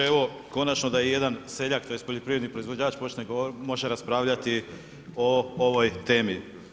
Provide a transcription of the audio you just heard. Evo konačno da je jedan seljak tj. poljoprivredni proizvođač može raspravljati o ovoj temi.